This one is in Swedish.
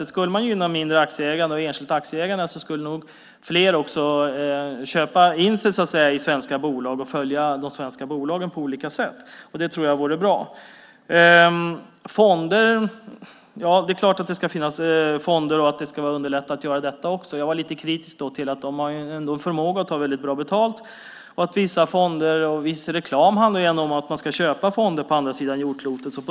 Skulle man gynna mindre aktieägande och enskilt aktieägande skulle nog fler köpa in sig i svenska bolag och följa de svenska bolagen på olika sätt. Det tror jag vore bra. Det är klart att det ska finnas fonder och att man ska underlätta för det också. Jag var lite kritisk. Man har en förmåga att ta väldigt bra betalt. Vissa fonder och viss reklam handlar ändå om att man ska köpa fonder på andra sidan jordklotet.